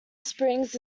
springs